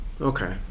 Okay